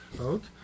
out